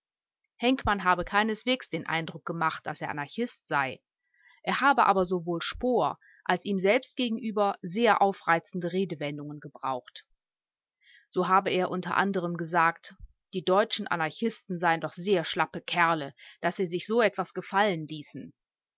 henkmann habe keineswegs den eindruck gemacht daß er anarchist sei er habe aber sowohl spohr als ihm selbst gegenüber sehr aufreizende redewendungen gebraucht so habe er u a gesagt die deutschen anarchisten seien doch sehr schlappe kerle daß sie sich so etwas gefallen ließen